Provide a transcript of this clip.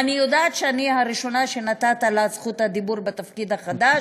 אני יודעת שאני הראשונה שנתת לה את זכות הדיבור בתפקיד החדש.